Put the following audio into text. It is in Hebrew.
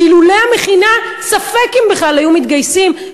שאילולא המכינה ספק אם בכלל היו מתגייסים,